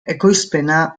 ekoizpena